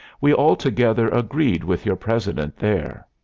we altogether agreed with your president there.